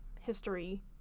history